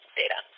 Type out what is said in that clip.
data